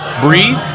breathe